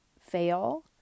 fail